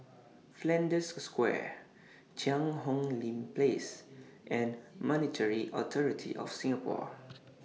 Flanders Square Cheang Hong Lim Place and Monetary Authority of Singapore